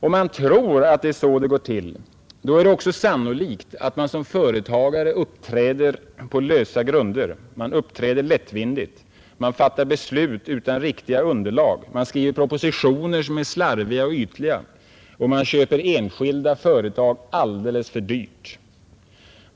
Om man tror att det är så det går till, är det sannolikt att man själv som företagare uppträder lättvindigt. Man fattar beslut på lösa grunder, skriver propositioner som är slarviga och ytliga och köper enskilda företag alldeles för dyrt.